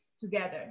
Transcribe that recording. together